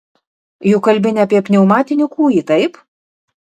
juk kalbi ne apie pneumatinį kūjį taip